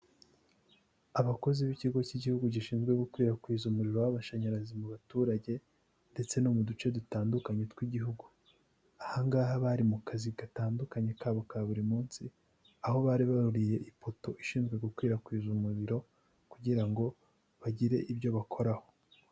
Abakozi b'ikigo cy'igihugu gishinzwe gukwirakwiza umuriro w'amashanyarazi mu baturage ndetse no mu duce dutandukanye tw'igihugu, aha ngaha bari mu kazi gatandukanye kabo ka buri munsi aho bari baruriye ipoto ishinzwe gukwirakwiza umuriro kugira ngo bagire ibyo bakoraho.